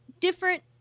Different